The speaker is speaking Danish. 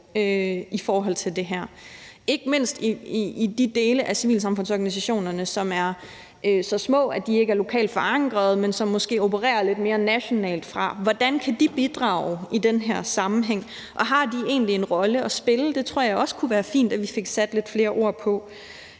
i forhold til det her, ikke mindst i de dele af civilsamfundsorganisationerne, som er så små, at de ikke er lokalt forankrede, men som måske opererer lidt mere på nationalt plan. Hvordan kan de bidrage i den her sammenhæng, og har de egentlig en rolle at spille? Det tror jeg også det kunne være fint at vi fik sat lidt flere ord på.